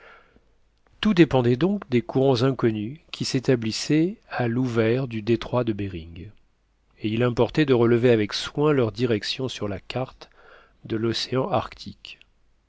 tout dépendait donc des courants inconnus qui s'établissaient à l'ouvert du détroit de behring et il importait de relever avec soin leur direction sur la carte de l'océan arctique